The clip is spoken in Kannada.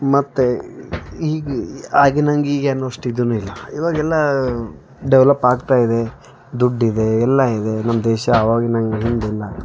ಮತ್ತೆ ಈಗ ಆಗಿನಂಗೆ ಈಗೇನು ಅಷ್ಟು ಇದುನೂ ಇಲ್ಲ ಇವಾಗೆಲ್ಲ ಡೆವಲಪ್ ಆಗ್ತಾಯಿದೆ ದುಡ್ಡಿದೆ ಎಲ್ಲ ಇದೆ ನಮ್ಮ ದೇಶ ಆವಾಗಿನಂಗೆ ಇಂದಿಲ್ಲ